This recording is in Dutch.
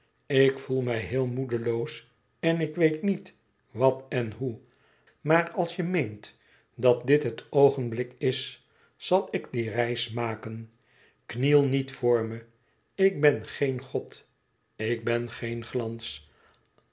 ik voel mij heel moedeloos en ik weet niet wat en hoe maar als je meent dat dit het oogenblik is zal ik die reis maken kniel niet voor me ik ben geen god ik ben geen glans